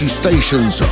stations